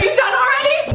done already?